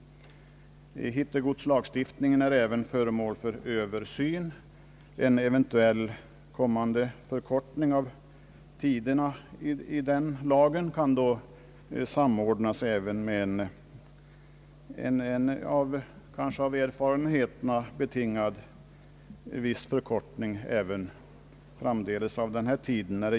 Hittegodslagstiftningen är föremål för översyn, och om de tider som anges där eventuellt skall förkortas, kan ändringen framdeles samordnas med en viss förkortning även av de tider som gäller beträffande bilarna, om en sådan förkortning betingas av erfarenheterna.